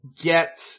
get